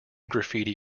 graffiti